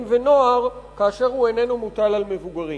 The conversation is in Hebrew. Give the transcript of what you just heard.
ונוער כאשר הוא איננו מוטל על מבוגרים.